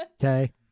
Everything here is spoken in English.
Okay